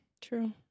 True